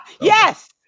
Yes